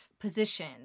position